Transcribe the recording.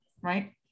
right